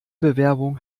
bewerbung